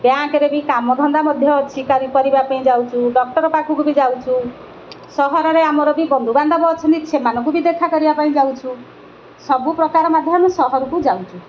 ବ୍ୟାଙ୍କରେ ବି କାମ ଧନ୍ଦା ମଧ୍ୟ ଅଛି କରି ପାରିବା ପାଇଁ ଯାଉଛୁ ଡ଼କ୍ଟର ପାଖକୁ ବି ଯାଉଛୁ ସହରରେ ଆମର ବି ବନ୍ଧୁବାନ୍ଧବ ଅଛନ୍ତି ସେମାନଙ୍କୁ ବି ଦେଖା କରିବା ପାଇଁ ଯାଉଛୁ ସବୁପ୍ରକାର ମାଧ୍ୟମ ଆମେ ସହରକୁ ଯାଉଛୁ